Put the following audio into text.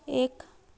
एक